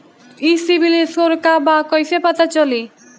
ई सिविल स्कोर का बा कइसे पता चली?